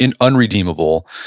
unredeemable